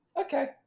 okay